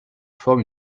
forme